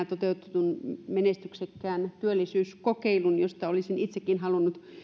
toteutetun menestyksekkään työllisyyskokeilun josta olisin itsekin halunnut